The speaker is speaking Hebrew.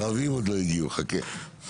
הערבים עוד לא הגיעו, חכה.